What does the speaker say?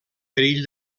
perill